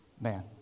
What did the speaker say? man